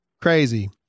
crazy